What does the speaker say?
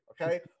okay